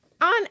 On